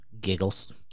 giggles